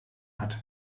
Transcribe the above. hat